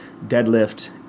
deadlift